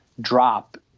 drop